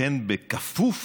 "וכן בכפוף